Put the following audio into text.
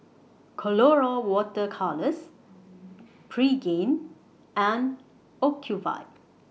Colora Water Colours Pregain and Ocuvite